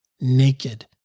naked